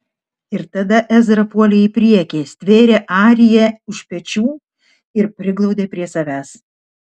ir tada ezra puolė į priekį stvėrė ariją už pečių ir priglaudė prie savęs